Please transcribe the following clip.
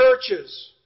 churches